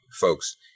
folks